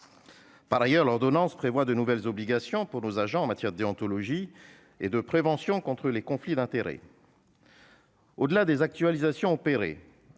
Par ailleurs, l'ordonnance prévoit de nouvelles obligations pour nos agents en matière de déontologie et de prévention contre les conflits d'intérêts. Au-delà de ces actualisations,